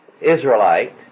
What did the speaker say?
Israelite